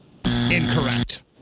Incorrect